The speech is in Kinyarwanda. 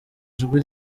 ijwi